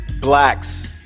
blacks